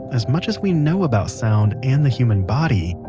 as much as we know about sound and the human body,